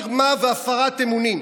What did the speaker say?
מרמה והפרת אמונים.